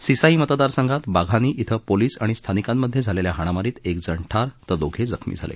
सिसाई मतदारसंघात बाघानी धिं पोलिस आणि स्थानिकांमधे झालेल्या हाणामारीत एक जण ठार तर दोघे जखमी झाले